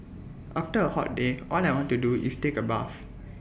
after A hot day all I want to do is take A bath